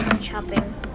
shopping